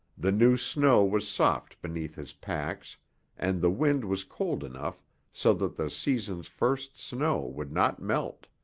the new snow was soft beneath his pacs and the wind was cold enough so that the season's first snow would not melt.